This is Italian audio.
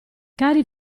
cari